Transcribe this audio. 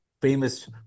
famous